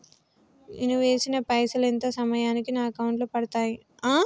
నేను వేసిన పైసలు ఎంత సమయానికి నా అకౌంట్ లో పడతాయి?